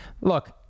look